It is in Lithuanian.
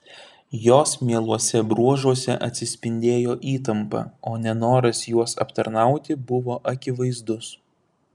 jos mieluose bruožuose atsispindėjo įtampa o nenoras juos aptarnauti buvo akivaizdus